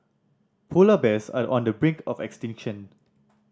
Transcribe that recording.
polar bears are on the brink of extinction